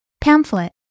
pamphlet